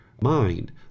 mind